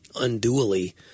unduly